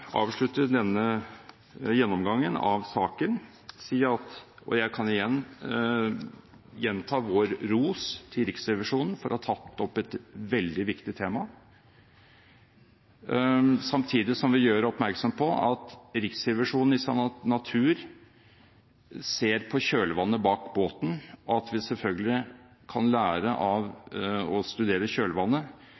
avslutte denne gjennomgangen av saken, og jeg kan igjen gjenta vår ros til Riksrevisjonen for å ha tatt opp et veldig viktig tema, samtidig som vi gjør oppmerksom på at Riksrevisjonen i sin natur ser på kjølvannet bak båten, og at vi selvfølgelig kan lære av å studere kjølvannet,